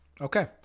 Okay